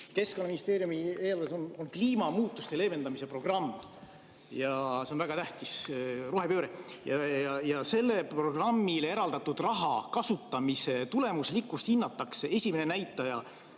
Keskkonnaministeeriumi eelarves on kliimamuutuste leevendamise programm. See on väga tähtis rohepööre ja sellele programmile eraldatud raha kasutamise tulemuslikkust hinnatakse. Esimene näitaja,